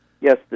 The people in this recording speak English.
Yes